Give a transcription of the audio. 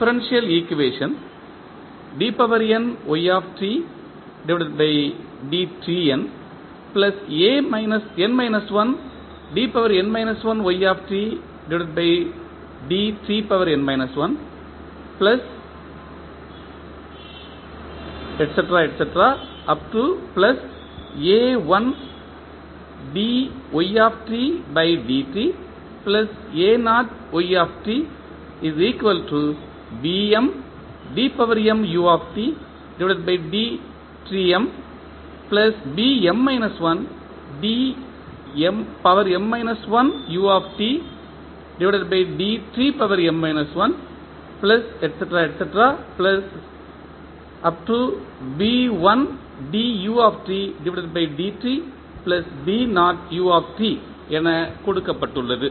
differential equation என கொடுக்கப்பட்டுள்ளது